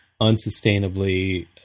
unsustainably